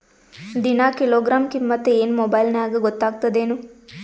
ದಿನಾ ಕಿಲೋಗ್ರಾಂ ಕಿಮ್ಮತ್ ಏನ್ ಮೊಬೈಲ್ ನ್ಯಾಗ ಗೊತ್ತಾಗತ್ತದೇನು?